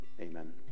Amen